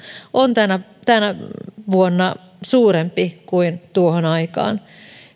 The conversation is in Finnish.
on tänä tänä vuonna suurempi kuin tuohon aikaan